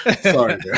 Sorry